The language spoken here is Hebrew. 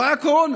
לא הייתה קורונה.